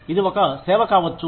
ఇది ఒక సేవ కావచ్చు